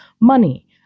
money